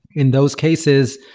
in those cases,